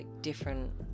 different